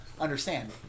understand